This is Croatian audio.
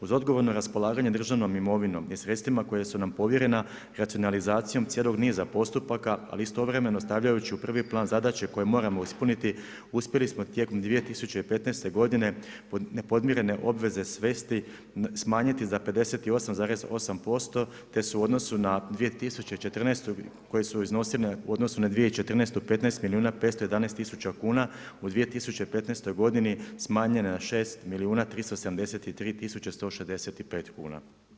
Uz odgovorno raspolaganje državnom imovinom i sredstvima koja su nam povjerena, racionalizacijom cijelog niza postupaka, ali istovremeno stavljajući u prvi plan zadaće koje moramo ispuniti, uspjeli smo tijekom 2015. godine nepodmirene obveze svesti, smanjiti za 58,8% te su odnosu na 2014. koji su iznosene, u odnosu na 2014. 15 milijuna 511 tisuća kuna, u 2015. godini smanjena na 6 milijuna 373 tisuće 165 kuna.